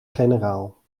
generaal